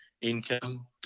income